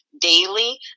daily